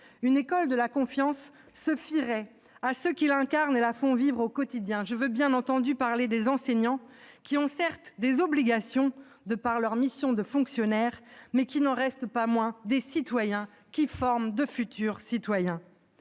Une école de la confiance se fierait à ceux qui l'incarnent et la font vivre au quotidien, je veux bien entendu parler des enseignants, qui, certes, ont des obligations, conformément à leur mission de fonctionnaires, mais qui n'en restent pas moins des citoyens et des formateurs de futurs citoyens.